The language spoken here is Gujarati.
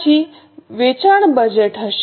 પછી વેચાણ બજેટ હશે